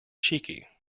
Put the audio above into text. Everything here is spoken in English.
cheeky